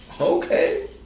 Okay